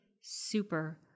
super